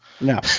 No